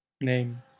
Name